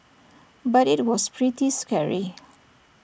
but IT was pretty scary